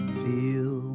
feel